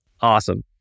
Awesome